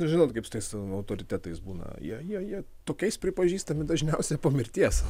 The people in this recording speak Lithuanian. nu žinot kaip su tais autoritetais būna jie jie jie tokiais pripažįstami dažniausiai po mirties